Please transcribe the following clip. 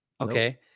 okay